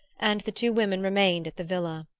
and the two women remained at the villa.